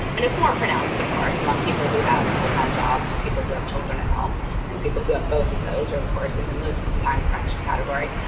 and it's more pronounced of course, among people who have full time jobs, or people who have children at home and people who have both of those are of course in the most time crunched category.